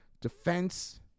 defense